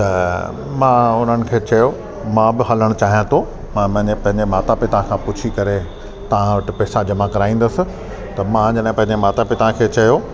त मां उन्हनि खे चयो मां बि हलण चाहियां थो मां बि पंहिंजे माता पिता खां पुछी करे तव्हां वटि पेसा जमा कराईंदुसि त मां जॾहिं पंहिंजे माता पिता खे चयो